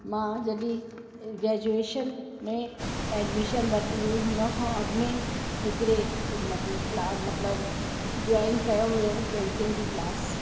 मां जॾहिं ग्रेजुएशन में एडमिशन वरिती हुई हुन खां अॻ में हिकिड़े मत क्ला मतिलबु जॉइन कयो हुओ पेंटिंग जी क्लास